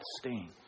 stain